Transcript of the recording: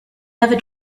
never